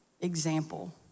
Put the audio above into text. example